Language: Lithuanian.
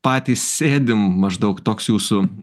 patys sėdim maždaug toks jūsų